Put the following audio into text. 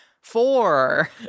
Four